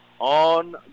On